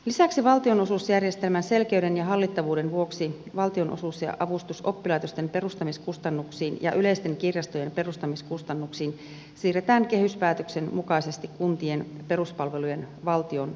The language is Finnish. lisäksi valtionosuusjärjestelmän selkeyden ja hallittavuuden vuoksi valtionosuus ja avustus oppilaitosten perustamiskustannuksiin ja yleisten kirjastojen perustamiskustannuksiin siirretään kehyspäätöksen mukaisesti kuntien peruspalvelujen valtionosuuteen